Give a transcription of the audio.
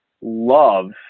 love